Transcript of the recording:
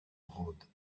rhodes